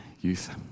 youth